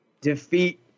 defeat